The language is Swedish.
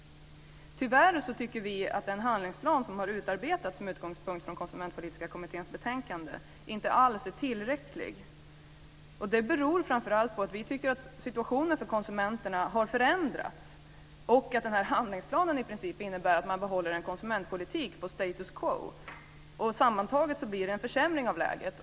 Tyvärr tycker vi att den handlingsplan som har utarbetats med utgångspunkt från Konsumentpolitiska kommitténs betänkande inte alls är tillräcklig. Det beror framför allt på att vi tycker att situationen för konsumenterna har förändrats och att den här handlingsplanen i princip innebär att man behåller en konsumentpolitik på status quo. Sammantaget blir det en försämring av läget.